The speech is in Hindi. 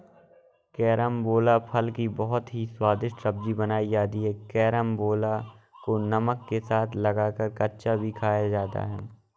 कैरामबोला फल की बहुत ही स्वादिष्ट सब्जी बनाई जाती है कैरमबोला को नमक के साथ लगाकर कच्चा भी खाया जाता है